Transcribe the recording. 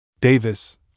Davis